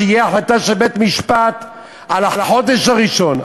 שתהיה החלטה של בית-משפט על החודש הראשון,